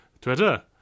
Twitter